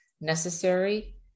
necessary